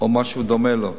או משהו דומה לו.